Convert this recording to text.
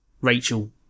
Rachel